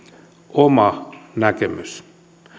oma näkemys